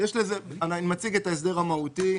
אני מציג את ההסדר המהותי.